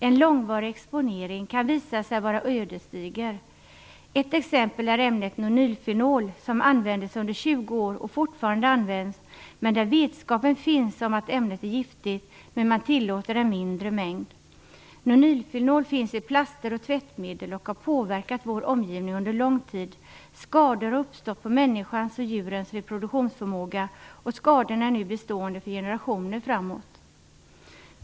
En långvarig exponering kan visa sig vara ödesdiger. Ett exempel är ämnet nonylfenol, som användes under 20 år och som fortfarande används, där vetenskapen finns om att ämnet är giftigt, men man tillåter en mindre mängd. Nonylfenol finns i plaster och tvättmedel och har påverkat vår omgivning under lång tid. Skador har uppstått på människans och djurens reproduktionsförmåga, och skadorna är nu bestående för generationer framåt.